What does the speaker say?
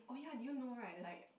oh ya did you know right like